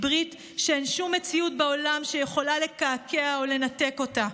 היא ברית שאין שום מציאות בעולם שיכולה לקעקע או לנתק אותה.